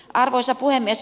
arvoisa puhemies